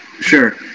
Sure